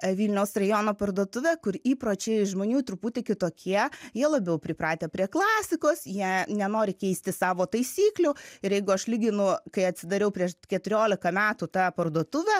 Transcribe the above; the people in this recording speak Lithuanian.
vilniaus rajono parduotuvė kur įpročiai žmonių truputį kitokie jie labiau pripratę prie klasikos jie nenori keisti savo taisyklių ir jeigu aš lyginu kai atsidariau prieš keturiolika metų tą parduotuvę